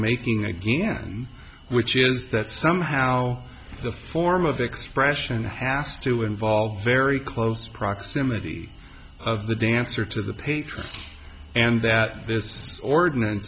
making again which is that somehow the form of expression has to involve very close proximity of the dancer to the patron and that this ordinance